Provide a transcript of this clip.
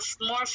more